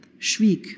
schwieg